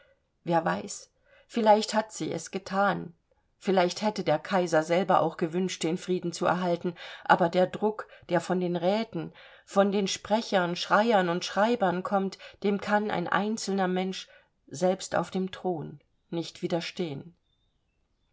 wer weiß vielleicht hat sie es gethan vielleicht hätte der kaiser selber auch gewünscht den frieden zu erhalten aber der druck der von den räten von den sprechern schreiern und schreibern kommt dem kann ein einzelner mensch selbst auf dem thron nicht widerstehen